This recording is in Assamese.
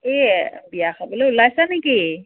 এইয়ে বিয়া খাবলৈ ওলাইছা নেকি